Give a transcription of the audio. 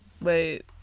Wait